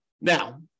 Now